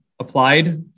applied